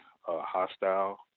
hostile